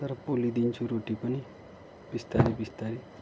तर पोलिदिन्छु रोटी पनि बिस्तारै बिस्तारै